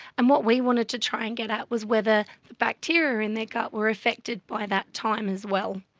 and what we wanted to try and get at was whether bacteria in their gut were affected by that time as well.